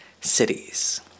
cities